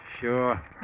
Sure